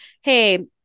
hey